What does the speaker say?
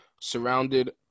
surrounded